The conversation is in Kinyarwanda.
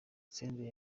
senderi